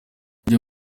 ibyo